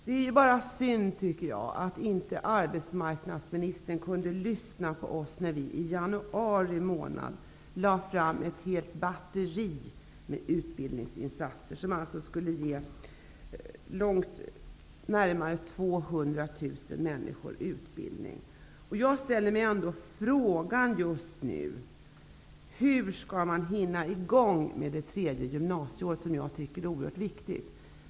Det är bara synd, tycker jag, att inte arbetsmarknadsministern kunde lyssna på oss när vi i januari månad lade fram förslag om ett helt batteri med utbildningsinsatser, som alltså skulle ge närmare 200 000 människor utbildning. Jag ställer mig ändå frågan just nu: Hur skall man hinna i gång med det tredje gymnasieåret, som jag tycker är oerhört viktigt?